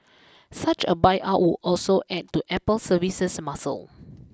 such a buyout would also add to Apple's services muscle